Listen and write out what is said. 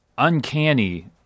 uncanny